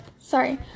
sorry